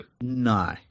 No